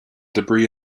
debris